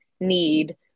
need